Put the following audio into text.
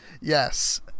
yes